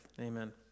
Amen